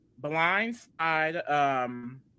blindside